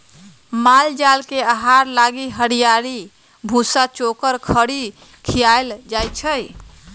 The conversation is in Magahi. माल जाल के आहार लागी हरियरी, भूसा, चोकर, खरी खियाएल जाई छै